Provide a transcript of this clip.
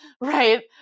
right